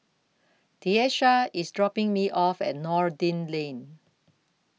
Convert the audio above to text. Tyesha IS dropping Me off At Noordin Lane